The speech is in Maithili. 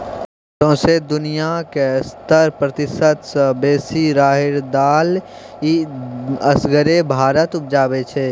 सौंसे दुनियाँक सत्तर प्रतिशत सँ बेसी राहरि दालि असगरे भारत उपजाबै छै